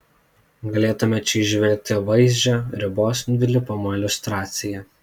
galėtume čia įžvelgti vaizdžią ribos dvilypumo iliustraciją